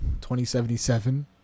2077